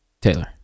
Taylor